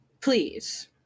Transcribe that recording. please